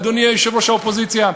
אדוני יושב-ראש האופוזיציה,